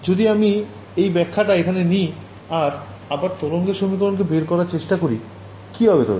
যদি আমি এই ব্যখ্যা টা এখানে আনি আর আবার তরঙ্গের সমীকরণকে বের করার চেষ্টা করি কি হবে তবে